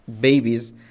babies